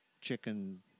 chicken